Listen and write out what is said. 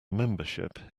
membership